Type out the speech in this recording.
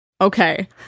Okay